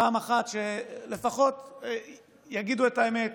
פעם אחת שלפחות יגידו את האמת.